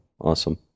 Awesome